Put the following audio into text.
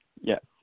Yes